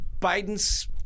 Biden's